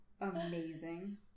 amazing